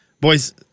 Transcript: Boys